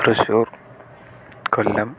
Thrissur Kollam